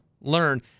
learn